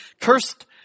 cursed